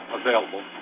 available